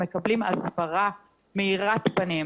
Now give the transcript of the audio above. מקבלים הסברה מאירת פנים,